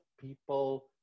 people